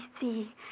see